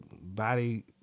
body